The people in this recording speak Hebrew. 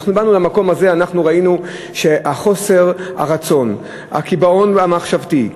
ואנחנו באנו למקום הזה וראינו שחוסר הרצון והקיבעון המחשבתי,